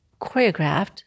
choreographed